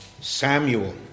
Samuel